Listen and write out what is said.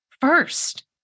first